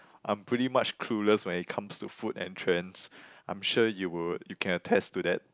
I'm pretty much clueless when it comes to food and trends I'm sure you would you can attest to that